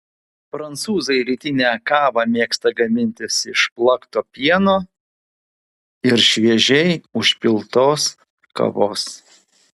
prancūzai rytinę kavą mėgsta gamintis iš plakto pieno ir šviežiai užpiltos kavos